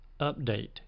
update